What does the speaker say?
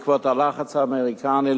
בעקבות הלחץ האמריקני,